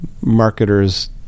marketers